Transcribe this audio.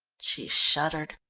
she shuddered.